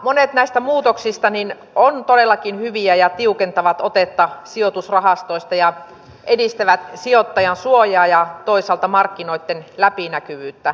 monet näistä muutoksista ovat todellakin hyviä ja tiukentavat otetta sijoitusrahastoista ja edistävät sijoittajan suojaa ja toisaalta markkinoitten läpinäkyvyyttä